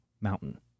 Mountain